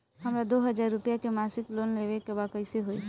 हमरा दो हज़ार रुपया के मासिक लोन लेवे के बा कइसे होई?